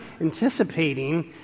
anticipating